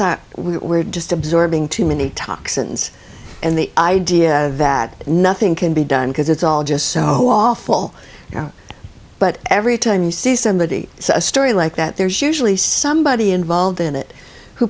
that we were just absorbing too many toxins and the idea that nothing can be done because it's all just so awful you know but every time you see somebody saw a story like that there's usually somebody involved in it who